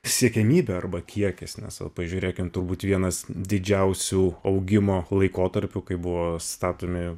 siekiamybė arba kiekis nes o pažiūrėkim turbūt vienas didžiausių augimo laikotarpių kai buvo statomi